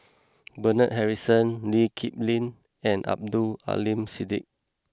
Bernard Harrison Lee Kip Lin and Abdul Aleem Siddique